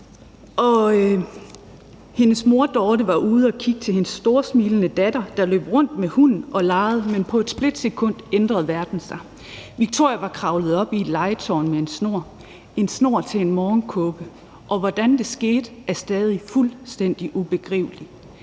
hendes mor, Dorte, var ude at kigge til sin storsmilende datter, der løb rundt med hunden og legede, men på et splitsekund ændrede verden sig. Victoria var kravlet op i et legetårn med en snor, en snor fra en morgenkåbe. Hvordan det skete, er stadig fuldstændig ubegribeligt.